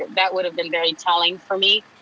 that would have been very telling for me.